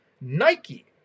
Nike